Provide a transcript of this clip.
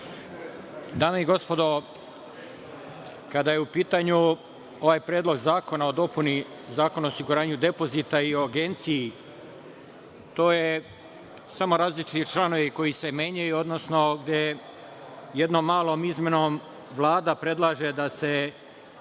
Dame i gospodo, kada je u pitanju ovaj Predlog zakona o dopuni Zakona o osiguranju depozita i o Agenciji, to su samo različiti članovi koji se menjaju, odnosno gde jednom malom izmenom Vlada predlaže da se